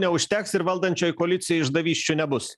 neužteks ir valdančioji koalicijoj išdavysčių nebus